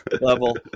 level